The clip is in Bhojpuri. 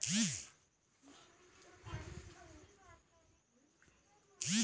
जेसे पुआरा के काम गाय भैईस के चारा में आवेला